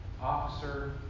officer